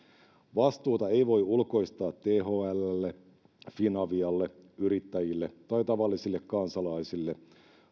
vastuuta ei voi ulkoistaa thllle finavialle yrittäjille tai tavallisille kansalaisille